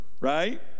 right